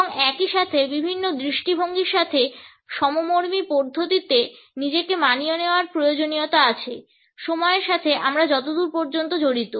এবং একই সময়ে বিভিন্ন দৃষ্টিভঙ্গির সাথে সমমর্মি পদ্ধতিতে নিজেকে মানিয়ে নেওয়ার প্রয়োজনীয়তা আছে সময়ের সাথে আমরা যতদূর পর্যন্ত জড়িত